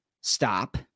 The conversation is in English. stop